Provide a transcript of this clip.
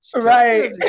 right